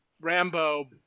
Rambo